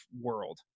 world